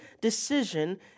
decision